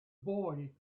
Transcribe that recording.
boy